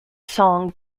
song